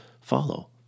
follow